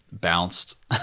bounced